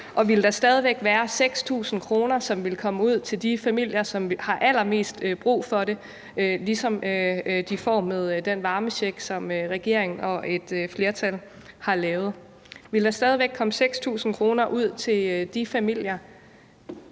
Ville der stadig væk være 6.000 kr., som ville komme ud til de familier, som har allermest brug for det, ligesom de får med den varmecheck, som regeringen og et flertal har lavet? Ville der stadig væk komme 6.000 kr. ud til de familier?